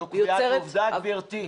זו קביעת עובדה, גברתי?